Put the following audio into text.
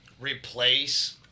replace